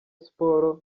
siporo